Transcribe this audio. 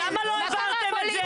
למה לא העברתם את זה?